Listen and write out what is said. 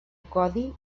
codi